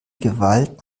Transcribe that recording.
gewalt